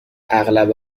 اغلب